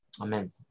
Amen